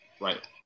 Right